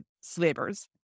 slavers